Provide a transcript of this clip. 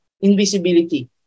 invisibility